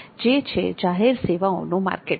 જે છે જાહેરાત સેવાઓનું માર્કેટિંગ